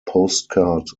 postcard